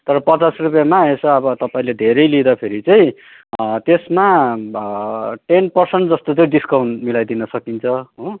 तर पचास रुपियाँमा यसो अब तपाईँले धेरै लिँदाखेरि चाहिँ त्यसमा टेन पर्सेन्ट जस्तो चाहिँ डिस्काउन्ट मिलाइदिन सकिन्छ हो